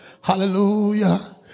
Hallelujah